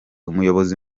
umuyobozi